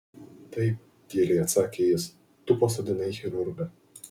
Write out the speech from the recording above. taip tyliai atsakė jis tu pasodinai chirurgą